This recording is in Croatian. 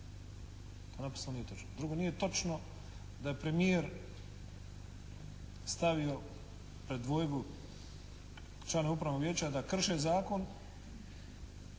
Apsolutno nije točno. Drugo, nije točno da je premijer stavio pred dvojbu članove Upravnog vijeća da krše zakon